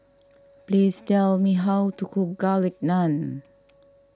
please tell me how to cook Garlic Naan